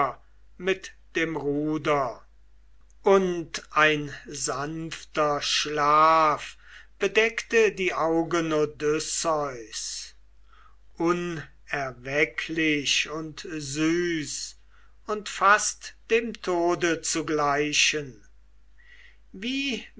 mit dem ruder und ein sanfter schlaf bedeckte die augen odysseus unerwecklich und süß und fast dem tode zu gleichen wie